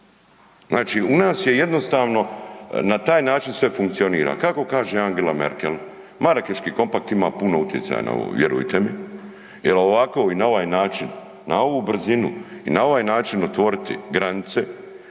Znači u nas je jednostavno na taj način sve funkcionira kako kaže Angela Merkel, Marakeški kompakt ima puno utjecaja na ovo vjerujte mi jel ovako i na ovaj način, na ovu brzinu i na ovaj način otvoriti granice